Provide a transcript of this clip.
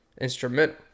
instrumental